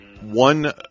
one